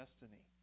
destiny